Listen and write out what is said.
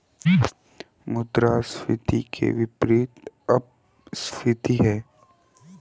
मुद्रास्फीति के विपरीत अपस्फीति है